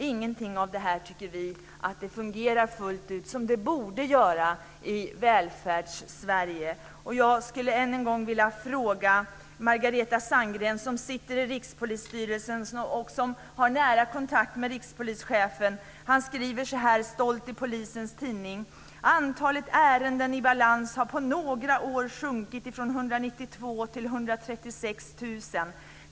Ingenting av det här tycker vi fungerar fullt ut som det borde göra i Välfärdssverige. Jag skulle än en gång vilja ställa en fråga Margareta Sandgren, som sitter i Rikspolisstyrelsen och som har nära kontakt med rikspolischefen. Han skriver stolt så här i polisens tidning: Antalet ärenden i balans har på några år sjunkit från 192 000 till 136 000.